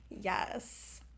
Yes